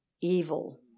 Evil